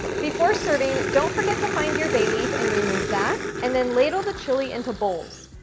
before serving, don't forget to find your bay leaf and remove that, and then ladle the chili into bowls.